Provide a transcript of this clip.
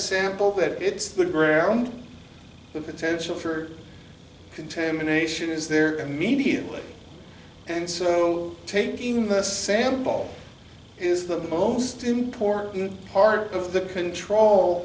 sample that it's the ground the potential for contamination is there immediately and so taking the sample is the most important part of the control